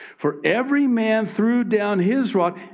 for every man threw down his rod,